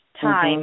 time